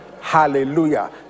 hallelujah